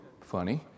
funny